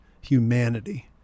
humanity